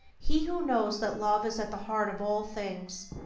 he who knows that love is at the heart of all things,